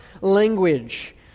language